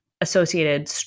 associated